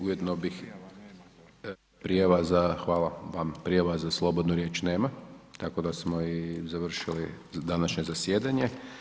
Ujedno bih …… [[Upadica sa strane, ne razumije se.]] Prijava, hvala vam, prijava za slobodnu riječ nema tako da smo i završili današnje zasjedanje.